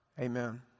Amen